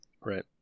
Right